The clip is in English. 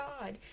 God